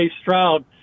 Stroud